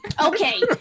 Okay